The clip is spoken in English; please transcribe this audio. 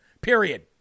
period